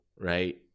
right